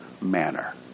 manner